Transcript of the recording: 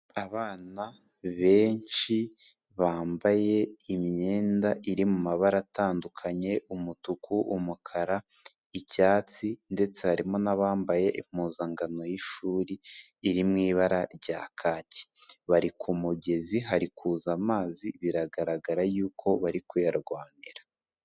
Abana benshi bambaye imyenda iri mu mabara atandukanye, umutuku, umukara, icyatsi ndetse harimo n'abambaye impuzankano y'ishuri iri mu ibara rya kaki, bari ku mugezi hari kuza amazi biragaragara yuko bari kuyarwanira.